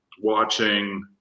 watching